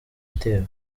itewe